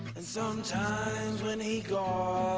and sometimes when he got